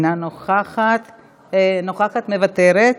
מוותרת,